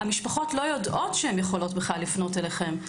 המשפחות לא יודעות שהן יכולות לפנות אליכם בכלל.